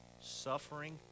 suffering